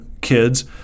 kids